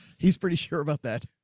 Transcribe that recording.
he's pretty sure about that.